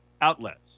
outlets